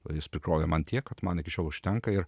jis prikrovė man tiek kad man iki šiol užtenka ir